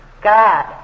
God